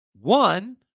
one